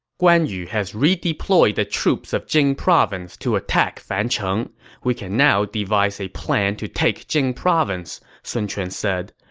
guan yu has redeployed the troops of jing province to attack fancheng we can now devise a plan to take jing province, sun quan said.